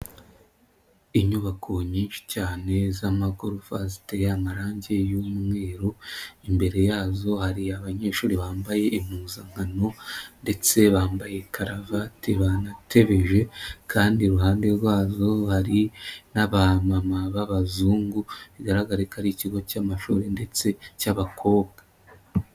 Inyubako nyinshi cyane z'amagorofa ziteye amarangi y'umweru, imbere yazo hari abanyeshuri bambaye impuzankano ndetse bambaye karavati banatebeje kandi iruhande rwazo hari n'aba mama b'abazungu bigaragararika ari ikigo cy'amashuri ndetse cy'abakobwa.